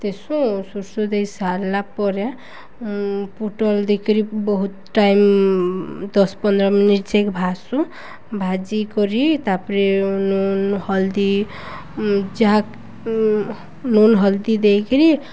ଦେସୁଁ ସୁର୍ଷୁ ଦେଇ ସାରିଲା ପରେ ପୁଟଲ ଦେଇକରି ବହୁତ ଟାଇମ୍ ଦଶ ପନ୍ଦର ମିନିଟ୍ ଯେ ଭାସୁ ଭାଜିିକରି ତାପରେ ନୁନ ହଲଦି ଯାହା ନୁନ ହଲଦି ଦେଇକିରି